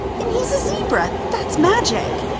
and he's a zebra. that's magic.